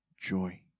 joy